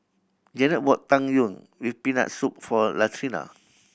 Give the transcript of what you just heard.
Janette bought Tang Yuen with Peanut Soup for Latrina